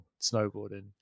snowboarding